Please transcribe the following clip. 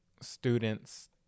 students